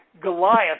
Goliath